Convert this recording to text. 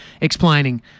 explaining